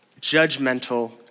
judgmental